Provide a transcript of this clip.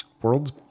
world's